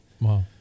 wow